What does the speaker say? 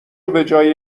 بجای